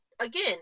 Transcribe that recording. again